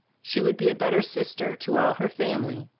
she would be a better sister to all her family.